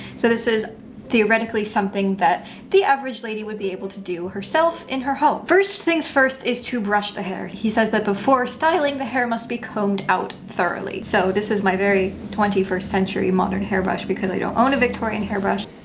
so this is theoretically something that the average lady would be able to do herself in her home. first things first is to brush the hair. he says that before styling, the hair must be combed out thoroughly. so this is my very twenty first century modern hairbrush because i don't own a victorian hairbrush.